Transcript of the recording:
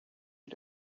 you